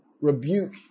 rebuke